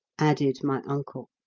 added my uncle.